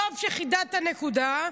טוב שחידדת את הנקודה,